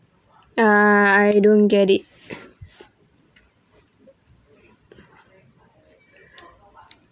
uh I don't get it